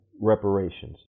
reparations